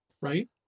right